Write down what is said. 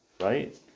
right